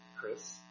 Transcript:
Chris